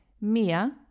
Mia